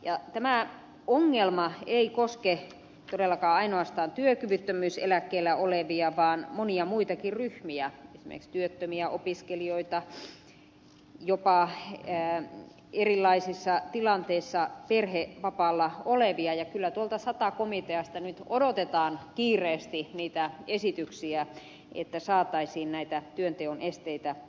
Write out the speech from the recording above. ja tämä ongelma ei koske todellakaan ainoastaan työkyvyttömyyseläkkeellä olevia vaan monia muitakin ryhmiä esimerkiksi työttömiä opiskelijoita jopa erilaisissa tilanteissa perhevapaalla olevia ja kyllä tuolta sata komiteasta nyt odotetaan kiireesti niitä esityksiä että saataisiin näitä työnteon esteitä karsittua pois